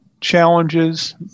challenges